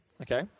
okay